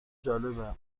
جالبه